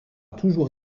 toujours